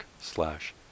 slash